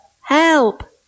help